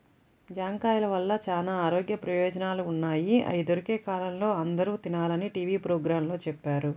జాంకాయల వల్ల చానా ఆరోగ్య ప్రయోజనాలు ఉన్నయ్, అయ్యి దొరికే కాలంలో అందరూ తినాలని టీవీ పోగ్రాంలో చెప్పారు